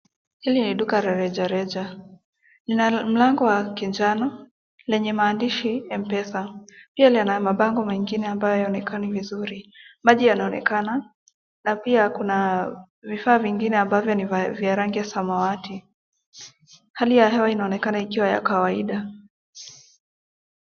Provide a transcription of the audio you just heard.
Hili ni duka la rejareja . Lina mlango wa kinjano lenye maandishi Mpesa . Pia lina mabango mengine ambayo hayaonekani vizuri . Maji yanaonekana na pia kuna vifaa vingine ambavyo ni vya rangi ya samawati . Hali ya hewa inaonekana ikiwa ni ya kawaida.